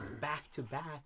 back-to-back